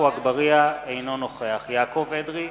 אינו נוכח יעקב אדרי,